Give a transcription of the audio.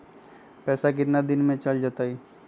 पैसा कितना दिन में चल जतई?